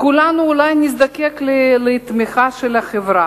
וכולנו אולי נזדקק לתמיכה של החברה,